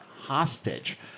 hostage